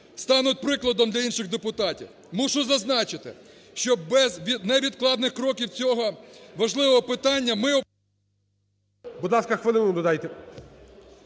стануть прикладом для інших депутатів. Мушу зазначити, що без невідкладних кроків цього важливого питання ми… ГОЛОВУЮЧИЙ. Будь ласка, хвилину йому додайте.